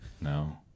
No